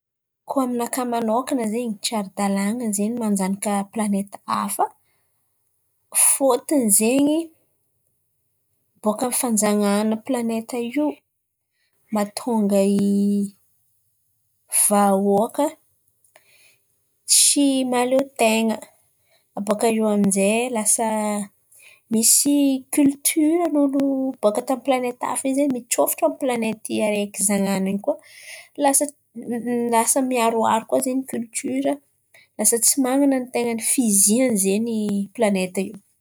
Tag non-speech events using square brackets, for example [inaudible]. Kôa aminakà manôkan̈a zen̈y tsy ara-dàlan̈a zen̈y manjanaka planety hafa fôtony zen̈y bôkà amin'ny fanjananahan̈a planety io mahatonga vahoaka tsy mahaleo ten̈a. Abôkà eo amin'izay lasa misy kiltiran'olo bôkà tamin'ny planeta hafa io zen̈y mitsôfotro amin'ny araiky zanahany io koà lasa [hesitation] miharoharo koa zen̈y kiltira, lasa tsy tsy man̈ana ny ten̈a fihizihany zen̈y planeta io.